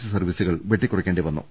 C സർവീസുകൾ വെട്ടിക്കുറക്കേണ്ടി വന്നു